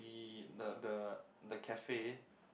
the the the cafe